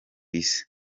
isi